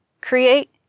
create